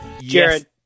Jared